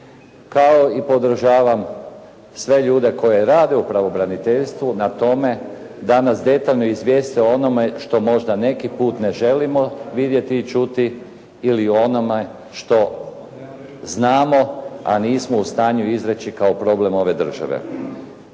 kao i podržavam sve ljude koji rade u pravobraniteljstvu na tome da nas detaljno izvijeste o onome što možda neki put ne želimo vidjeti ili čuti ili o onome što znamo, a nismo u stanju izreći kao problem ove države.